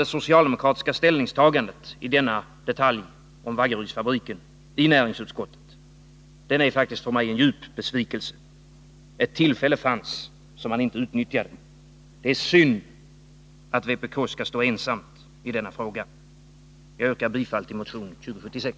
Det socialdemokratiska ställningstagandet i näringsutskottet beträffande detaljen om Vaggerydsfabriken är för mig en djup besvikelse. Ett tillfälle fanns, som man inte utnyttjade. Det är synd att vpk skall stå ensamt i denna fråga. Jag yrkar bifall till motion 2076.